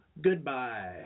goodbye